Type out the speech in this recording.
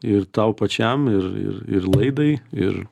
ir tau pačiam ir ir ir laidai ir